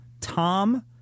Tom